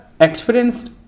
experienced